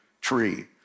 tree